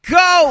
go